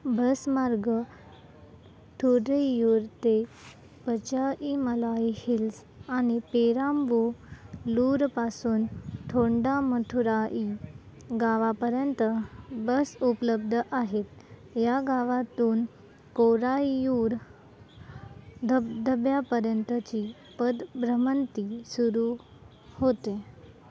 बसमार्ग थुरैयूर ते पचाईमलाई हिल्स आणि पेराांबूलूरपासून थोंडा मथुराई गावापर्यंत बस उपलब्ध आहेत या गावातून कोरायूर धबधब्यापर्यंतची पदभ्रमंती सुरू होते